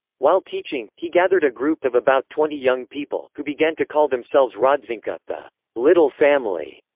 while teaching, he gathered a group of about twenty young people, who began to call themselves rodzinka, the little family.